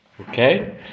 okay